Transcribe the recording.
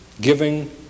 Giving